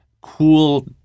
cool